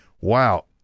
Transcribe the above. Wow